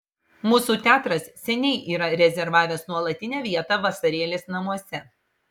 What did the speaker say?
mūsų teatras seniai yra rezervavęs nuolatinę vietą vasarėlės namuose